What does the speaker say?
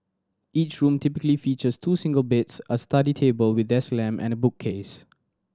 each room typically features two single beds a study table with desk lamp and bookcase